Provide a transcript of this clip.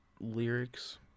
lyrics